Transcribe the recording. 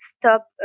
Stop